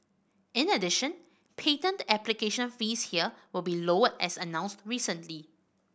in addition patent application fees here will be lowered as announced recently